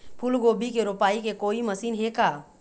फूलगोभी के रोपाई के कोई मशीन हे का?